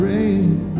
Rain